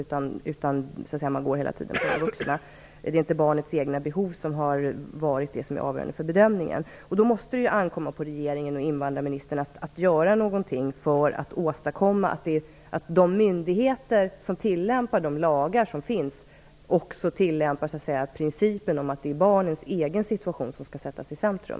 Man går hela tiden på de vuxna. Det är inte barnets egna behov som har varit avgörande för bedömningen. Då måste det ankomma på regeringen och invandrarministern att göra något för att åstadkomma att de myndigheter som tillämpar de lagar som finns också tillämpar principen om att det är barnens egen situation som skall sättas i centrum.